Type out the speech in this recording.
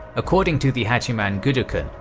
according to the hachiman gudokun,